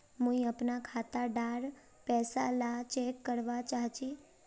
मुई अपना खाता डार पैसा ला चेक करवा चाहची?